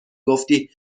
گفتی